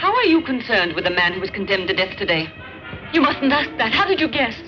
how are you concerned with a man who was condemned to death today you must know that how did you guess